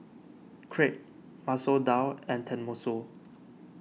Crepe Masoor Dal and Tenmusu